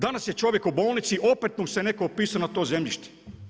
Danas je čovjek u bolnici, opet mu se netko upisao na to zemljište.